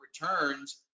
returns